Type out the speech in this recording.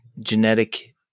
genetic